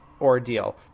ordeal